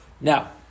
Now